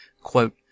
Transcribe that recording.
quote